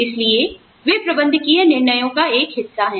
इसलिए वे प्रबंधकीय निर्णयों का एक हिस्सा हैं